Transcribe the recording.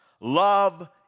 Love